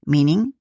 Meaning